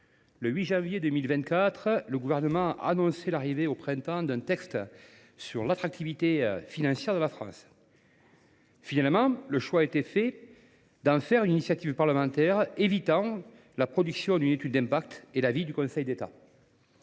le 8 janvier 2024, le Gouvernement annonçait l’arrivée au printemps suivant d’un texte sur l’attractivité financière de la France. Finalement, le choix a été fait de passer par une initiative parlementaire, qui permet d’éviter la production d’une étude d’impact et l’avis du Conseil d’État.